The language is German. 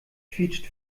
quietscht